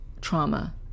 trauma